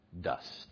dust